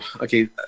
okay